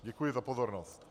Děkuji za pozornost.